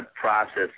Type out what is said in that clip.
process